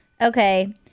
Okay